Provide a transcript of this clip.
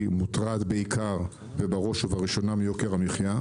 מוטרד בעיקר ובראש ובראשונה מיוקר המחייה,